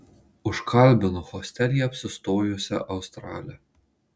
užkalbinu hostelyje apsistojusią australę